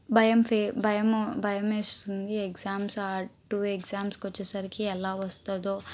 భయం ఫే భయము భయం వేస్తుంది ఎగ్సామ్స్ ఆ టూ ఎగ్సామ్స్కి వచ్చేసరికి ఎలా వస్తుందో